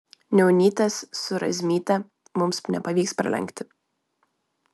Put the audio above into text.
niaunytės su razmyte mums nepavyks pralenkti